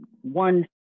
one